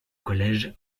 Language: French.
collège